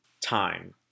time